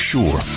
Sure